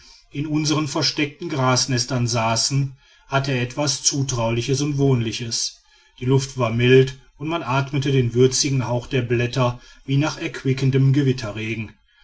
in unsern versteckten grasnestern saßen hatte etwas zutrauliches und wohnliches die luft war mild und man atmete den würzigen hauch der blätter wie nach erquickendem gewitterregen